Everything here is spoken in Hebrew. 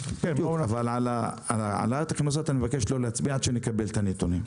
על העלאת הקנסות אני מבקש לא להצביע עד שנקבל את הנתונים.